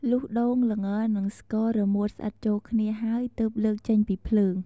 លុះដូង ល្ងនិងស្ករ រមួតស្អិតចូលគ្នាហើយ ទើបលើកចេញពីភ្លើង។